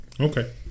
Okay